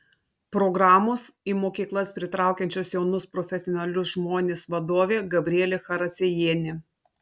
programos į mokyklas pritraukiančios jaunus profesionalius žmones vadovė gabrielė characiejienė